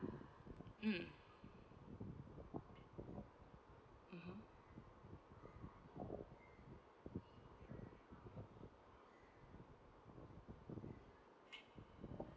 mm mmhmm